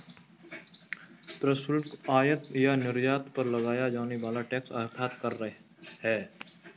प्रशुल्क, आयात या निर्यात पर लगाया जाने वाला टैक्स अर्थात कर है